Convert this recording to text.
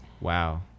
wow